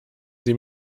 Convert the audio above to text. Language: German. sie